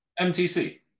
mtc